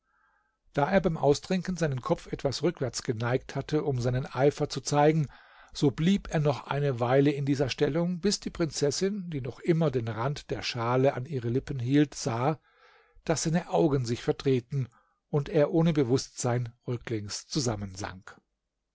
da er beim austrinken seinen kopf etwas rückwärts geneigt hatte um seinen eifer zu zeigen so blieb er noch eine weile in dieser stellung bis die prinzessin die noch immer den rand der schale an ihre lippen hielt sah daß seine augen sich verdrehten und er ohne bewußtsein rücklings zusammensank